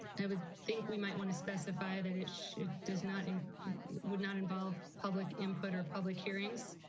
i would think we might want to specify that it should does not would not involve public input or public hearings.